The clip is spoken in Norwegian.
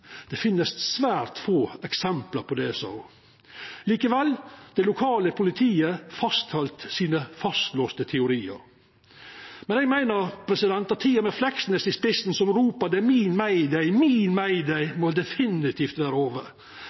Det finst svært få eksempel på det, sa ho. Likevel fastheldt det lokale politiet sine fastlåste teoriar. Eg meiner at tida med Fleksnes i spissen som ropar «It is my mayday, my mayday!», definitivt må vera over.